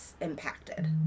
impacted